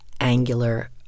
angular